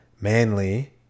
manly